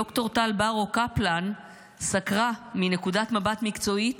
ד"ר טל ברו-אלוני סקרה מנקודת מבט מקצועית